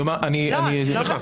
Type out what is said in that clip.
לא, לא מסכימה.